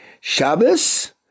Shabbos